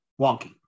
wonky